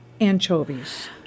anchovies